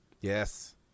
yes